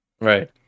Right